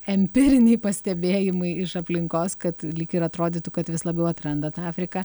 empiriniai pastebėjimai iš aplinkos kad lyg ir atrodytų kad vis labiau atranda tą afriką